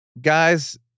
Guys